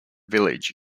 village